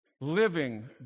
living